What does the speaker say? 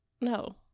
No